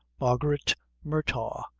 margaret murtagh,